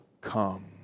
come